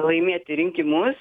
laimėti rinkimus